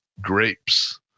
grapes